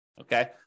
okay